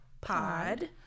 Pod